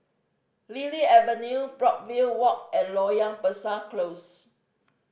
Lily Avenue Brookvale Walk and Loyang Besar Close